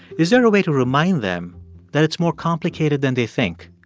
is there a way to remind them that it's more complicated than they think?